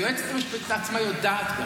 היועצת המשפטית עצמה גם יודעת,